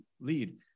lead